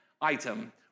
item